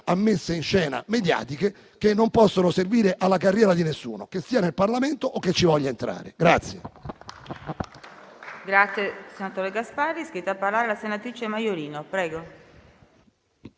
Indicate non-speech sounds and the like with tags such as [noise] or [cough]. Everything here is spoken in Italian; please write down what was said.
a messe in scena mediatiche che non possono servire alla carriera di nessuno, che sia nel Parlamento o che ci voglia entrare. [applause]